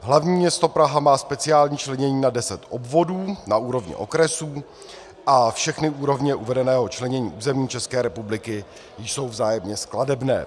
Hlavní město Praha má speciální členění na 10 obvodů na úrovni okresů a všechny úrovně uvedeného členění území České republiky jsou vzájemně skladebné.